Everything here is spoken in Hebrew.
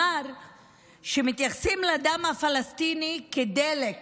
שאמר שמתייחסים לדם הפלסטיני כדלק